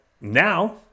now